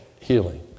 healing